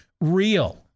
real